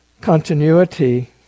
Continuity